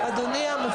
הכול